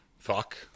Fuck